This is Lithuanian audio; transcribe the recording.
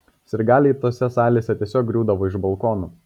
sirgaliai tose salėse tiesiog griūdavo iš balkonų